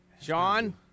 Sean